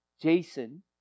Jason